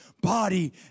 body